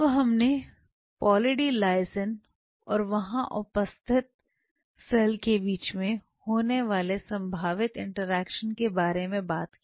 अब हमने poly D lysine और वहां उपस्थित सेल के बीच में होने वाले संभावित इंटरेक्शन के बारे में बात की